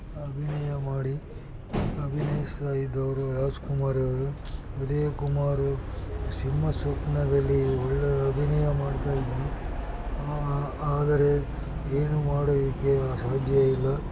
ಅಭಿನಯ ಮಾಡಿ ಅಭಿನಯಿಸ್ತಾ ಇದ್ದವರು ರಾಜ್ಕುಮಾರ್ ಅವರು ಉದಯ ಕುಮಾರು ಸಿಂಹ ಸ್ವಪ್ನದಲ್ಲಿ ಒಳ್ಳೆಯ ಅಭಿನಯ ಮಾಡ್ತಾಯಿದ್ರು ಆದರೆ ಏನು ಮಾಡೋದಕ್ಕೆ ಸಾಧ್ಯ ಇಲ್ಲ